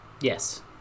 Yes